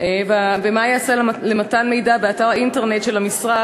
3. מה ייעשה למתן מידע על המקוואות הנגישים באתר האינטרנט של המשרד?